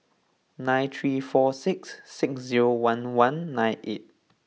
nine three four six six zero one one nine eight